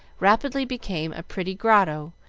rapidly became a pretty grotto,